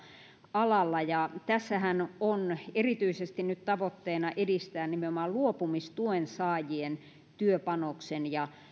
alalla tässähän on nyt tavoitteena erityisesti edistää nimenomaan luopumistuen saajien työpanoksen ja